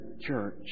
church